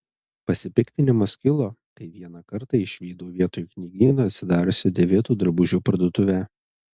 pasipiktinimas kilo kai vieną kartą išvydau vietoj knygyno atsidariusią dėvėtų drabužių parduotuvę